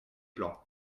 plan